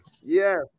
Yes